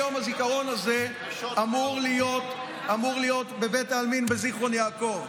ביום הזיכרון הזה אני אמור להיות בבית העלמין בזיכרון יעקב,